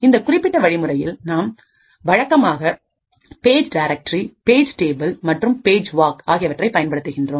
இந்த குறிப்பிட்ட வழிமுறையில் நாம் வழக்கமான பேஜ் டைரக்டரி பேஜ் டேபிள் மற்றும் பேஜ் வாக் ஆகியவற்றை பயன்படுத்துகின்றோம்